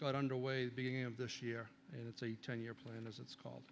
got under way the beginning of this year and it's a ten year plan as it's called